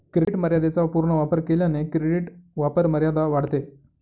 credit मर्यादेचा पूर्ण वापर केल्याने क्रेडिट वापरमर्यादा वाढते